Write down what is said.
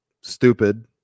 stupid